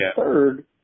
third